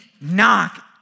knock